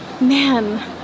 man